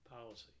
policy